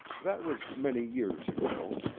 that was many years ago.